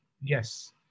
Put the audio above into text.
yes